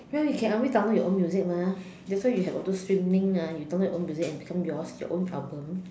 ya you can always download your own music mah that's why you have all those streaming ah you download your own music and it become yours your own album